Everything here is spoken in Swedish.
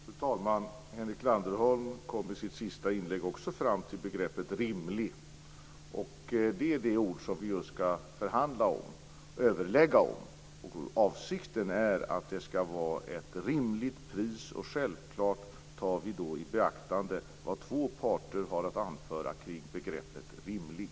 Fru talman! Henrik Landerholm kom i sitt sista inlägg också fram till begreppet rimlig. Det är det ord vi skall förhandla och överlägga om. Avsikten är att det skall vara ett rimligt pris. Självklart tar vi då i beaktande vad två parter har att anföra kring begreppet rimlig.